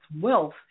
wealth